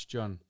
John